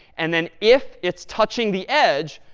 and then if it's touching the edge,